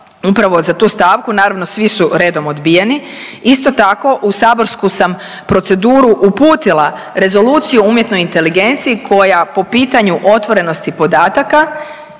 upravo za tu stavku, naravno svi su redom odbijeni. Isto tako u saborsku sam proceduru uputila Rezoluciju o umjetnoj inteligenciji koja po pitanju otvorenosti podataka